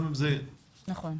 נכון.